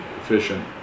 efficient